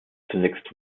zunächst